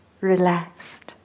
relaxed